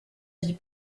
vie